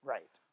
Right